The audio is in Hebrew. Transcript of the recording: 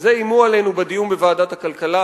בזה איימו עלינו בדיון בוועדת הכלכלה.